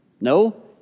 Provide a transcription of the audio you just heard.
No